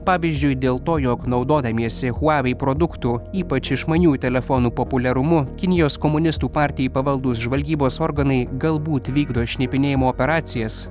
pavyzdžiui dėl to jog naudodamiesi huavei produktų ypač išmaniųjų telefonų populiarumu kinijos komunistų partijai pavaldūs žvalgybos organai galbūt vykdo šnipinėjimo operacijas